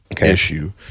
issue